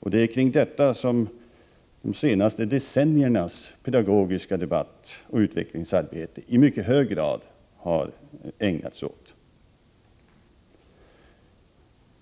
Det är detta som de senaste decenniernas pedagogiska debatt och utvecklingsarbete i mycket hög grad har ägnats åt.